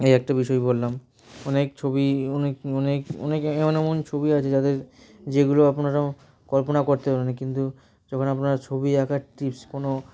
এই একটা বিষয় বললাম অনেক ছবি অনেক অনেক অনেক এমন এমন ছবি আছে যাদের যেগুলো আপনারা কল্পনা করতে পারবেন না কিন্তু যখন আপনারা ছবি আঁকার টিপস কোনো